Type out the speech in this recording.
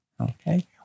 okay